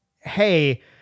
hey